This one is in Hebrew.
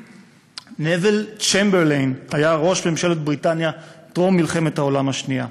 נוויל צ'מברליין היה ראש ממשלת בריטניה טרום מלחמת העולם השנייה.